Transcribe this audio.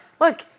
look